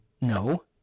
no